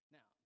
Now